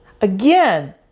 Again